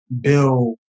Bill